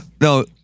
No